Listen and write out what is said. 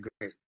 great